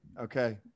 Okay